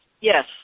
Yes